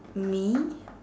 me